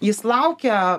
jis laukia